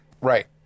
Right